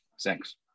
Thanks